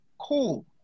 cool